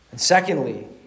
Secondly